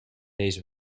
deze